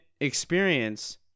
experience